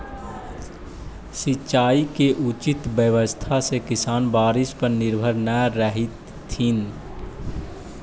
सिंचाई के उचित व्यवस्था से किसान बारिश पर निर्भर न रहतथिन